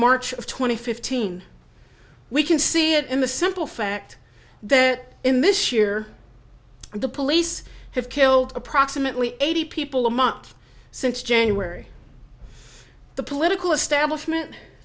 march of twenty fifteen we can see it in the simple fact that in this year the police have killed approximately eighty people a month since january the political establishment